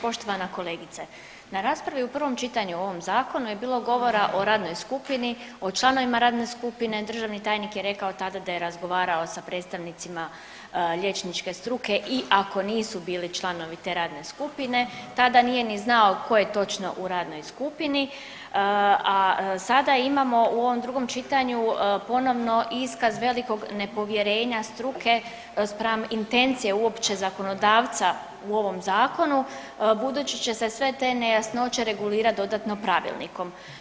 Poštovana kolegice, na raspravi u prvom čitanju o ovom zakonu je bilo govora o radnoj skupini, o članovima radne skupine, državni tajnik je rekao tada je razgovarao sa predstavnicima liječnike struke i ako nisu bili članovi te radne skupine, tada nije ni znao tko je točno u radnoj skupini, a sada imamo u ovom drugom čitanju ponovno iskaz velikog nepovjerenja struke spram intencije uopće zakonodavca u ovom zakonu budući će se sve te nejasnoće regulirati dodatno pravilnikom.